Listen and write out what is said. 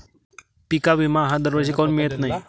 पिका विमा हा दरवर्षी काऊन मिळत न्हाई?